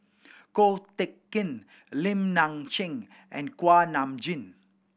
Ko Teck Kin Lim Nang Seng and Kuak Nam Jin